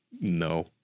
No